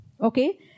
okay